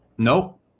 Nope